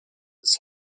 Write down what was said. ist